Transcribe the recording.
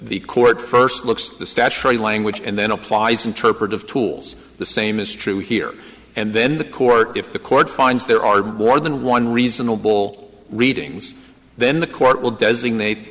the court first looks at the statutory language and then applies interpretive tools the same is true here and then the court if the court finds there are more than one reasonable readings then the court will designate